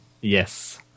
Yes